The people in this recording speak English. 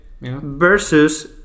versus